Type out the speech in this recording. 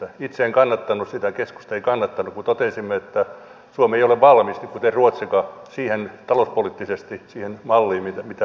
itse en kannattanut sitä keskusta ei kannattanut kun totesimme että suomi ei ole talouspoliittisesti valmis kuten ei ruotsikaan siihen malliin mikä on olemassa